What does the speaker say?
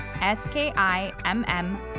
S-K-I-M-M